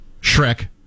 shrek